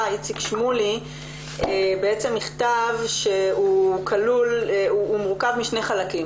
איציק שמולי מכתב שהוא מורכב משני חלקים.